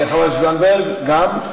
חברת הכנסת זנדברג גם?